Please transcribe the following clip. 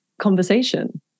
conversation